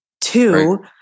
two